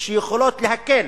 שיכולות להקל